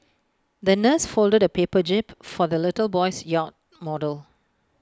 the nurse folded A paper jib for the little boy's yacht model